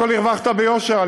קודם כול הרווחת ביושר,